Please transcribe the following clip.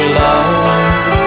love